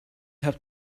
have